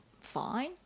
fine